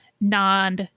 non